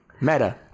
Meta